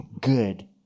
good